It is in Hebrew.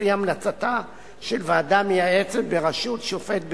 לפי המלצתה של ועדה מייעצת בראשות שופט בדימוס.